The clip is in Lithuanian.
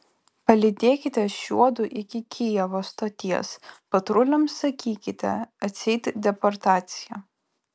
palydėkite šiuodu iki kijevo stoties patruliams sakykite atseit deportacija